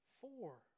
four